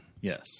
Yes